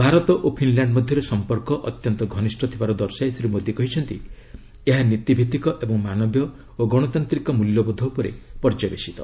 ଭାରତ ଓ ଫିନ୍ଲାଣ୍ଡ ମଧ୍ୟରେ ସମ୍ପର୍କ ଅତ୍ୟନ୍ତ ଘନିଷ୍ଠ ଥିବାର ଦର୍ଶାଇ ଶ୍ରୀ ମୋଦୀ କହିଛନ୍ତି ଏହା ନୀତିଭିତ୍ତିକ ଏବଂ ମାନବୀୟ ଓ ଗଣତାନ୍ତ୍ରିକ ମୂଲ୍ୟବୋଧ ଉପରେ ପର୍ଯ୍ୟବେଶିତ